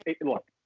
look